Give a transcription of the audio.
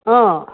অঁ